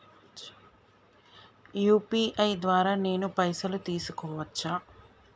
UPI ద్వారా నేను పైసలు తీసుకోవచ్చా?